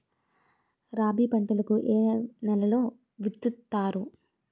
రబీ పంటలను ఏ నెలలో విత్తుతారు?